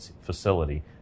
facility